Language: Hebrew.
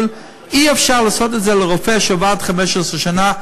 אי-אפשר לעשות את זה לרופא שעבד 15 שנה,